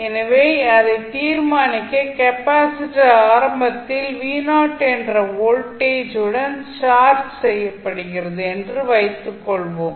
எனவே அதை தீர்மானிக்க கெப்பாசிட்டர் ஆரம்பத்தில் என்ற வோல்டேஜ் உடன் சார்ஜ் செய்யப்படுகிறது என்று வைத்துக் கொள்வோம்